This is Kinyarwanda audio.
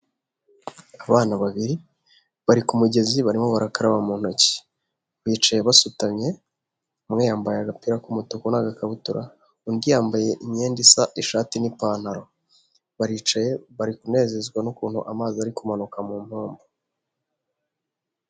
Abana babiri bari ku mugezi barimo barakaraba mu ntoki, bicaye basutamye, umwe yambaye agapira k'umutuku n'akabutura undi yambaye imyenda isa ishati n'ipantaro, baricaye bari kunezezwa n'ukuntu amazi ari kumanuka mu mpombo.